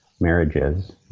marriages